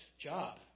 job